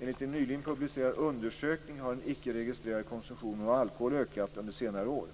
Enligt en nyligen publicerad undersökning har den icke-registrerade konsumtionen av alkohol ökat under senare år.